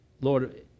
Lord